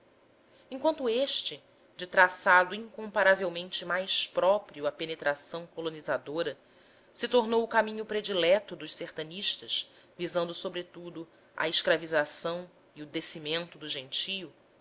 enquanto este de traçado incomparavelmente mais próprio à penetração colonizadora se tornou o caminho predileto dos sertanistas visando sobretudo a escravização e o descimento do gentio